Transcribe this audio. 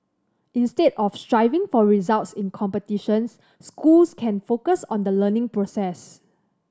instead of striving for results in competitions schools can focus on the learning process